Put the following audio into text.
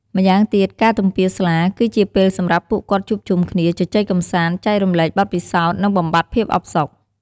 ម្យ៉ាងទៀត ការទំពារស្លា គឺជាពេលសម្រាប់ពួកគាត់ជួបជុំគ្នា ជជែកកម្សាន្ត ចែករំលែកបទពិសោធន៍ និងបំបាត់ភាពអផ្សុក។